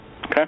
Okay